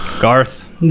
Garth